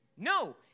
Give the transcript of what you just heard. No